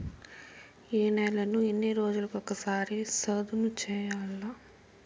ఏ నేలను ఎన్ని రోజులకొక సారి సదును చేయల్ల?